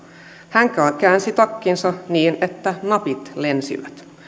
hän käänsi takkinsa niin että napit lensivät